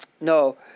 No